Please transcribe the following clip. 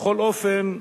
בכל אופן,